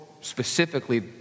specifically